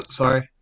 sorry